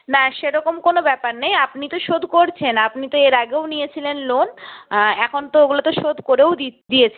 না সেরকম কোনো ব্যাপার নেই আপনি তো শোধ করছেন আপনি তো এর আগেও নিয়েছিলেন লোন এখন তো ওগুলো তো শোধ করেও দিয়েছেন